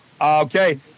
Okay